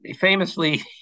Famously